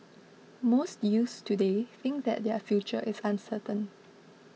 most youths today think that their future is uncertain